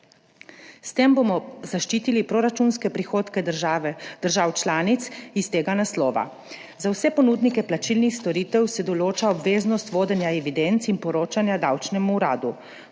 S tem bomo zaščitili proračunske prihodke držav članic iz tega naslova. Za vse ponudnike plačilnih storitev se določa obveznost vodenja evidenc in poročanja davčnemu uradu.